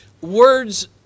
Words